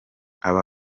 aba